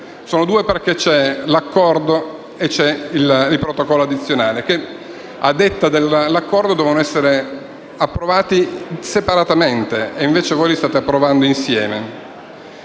Sono due: l'Accordo e il Protocollo addizionale che, a detta dell'Accordo, dovevano essere approvati separatamente, mentre voi li state approvando insieme.